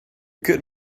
could